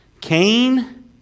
Cain